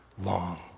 long